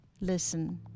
listen